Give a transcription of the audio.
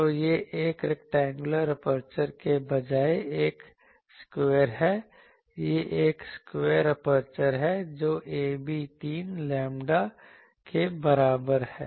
तो यह एक रैक्टेंगुलर एपर्चर के बजाय एक स्क्वायर है यह एक स्क्वायर एपर्चर है जो a b 3 लैम्ब्डा के बराबर है